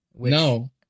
No